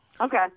Okay